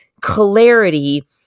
clarity